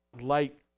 light